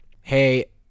Hey